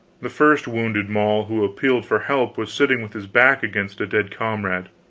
the first wounded mall who appealed for help was sitting with his back against a dead comrade.